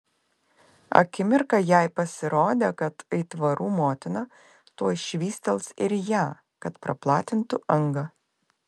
akimirką jai pasirodė kad aitvarų motina tuoj švystels ir ją kad praplatintų angą